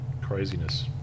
Craziness